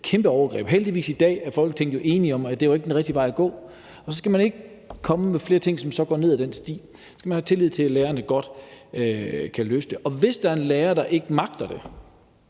kæmpe overgreb. Heldigvis er Folketinget jo i dag enige om, at det ikke var en rigtig vej at gå, og så skal man ikke komme med flere ting, som så går ned ad den sti. Så skal man have tillid til, at lærerne godt kan løse det, og hvis der er en lærer, der ikke magter det,